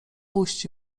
puść